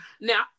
Now